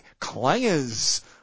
clangers